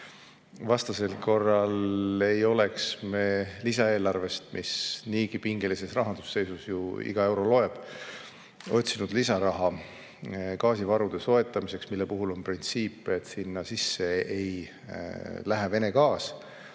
Vastasel korral ei oleks me lisaeelarvest niigi pingelises rahandusseisus, kui iga euro loeb, otsinud lisaraha gaasivarude soetamiseks, mille puhul kehtib printsiip, et sinna sisse ei lähe Vene gaas.